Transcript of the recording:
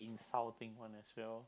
one as well